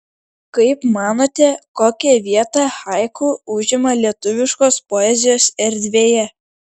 kaip manote kokią vietą haiku užima lietuviškos poezijos erdvėje